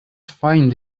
find